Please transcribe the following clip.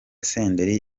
senderi